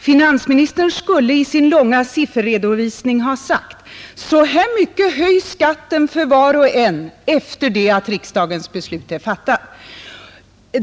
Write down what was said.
Finansministern borde i sin långa sifferredovisning ha sagt: Så här mycket höjs skatten för var och en utan att riksdagen fattat beslut.